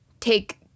take